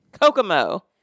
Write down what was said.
Kokomo